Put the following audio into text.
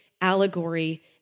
allegory